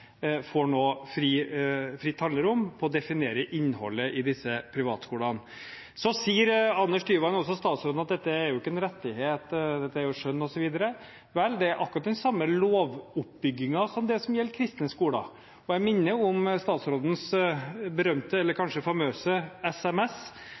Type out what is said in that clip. får nå fritt spillerom til å definere innholdet i disse privatskolene. Så sier Anders Tyvand, og også statsråden, at dette jo ikke er en rettighet, her gjelder jo skjønn, osv. Vel, det er akkurat den samme lovoppbyggingen som det som gjelder kristne skoler. Jeg minner om statsrådens berømte – eller kanskje famøse – SMS